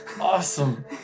awesome